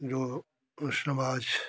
जो